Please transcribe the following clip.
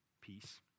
Peace